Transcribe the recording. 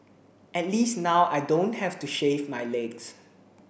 at least now I don't have to shave my legs